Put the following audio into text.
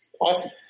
Awesome